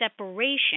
separation